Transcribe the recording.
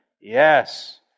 Yes